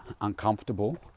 uncomfortable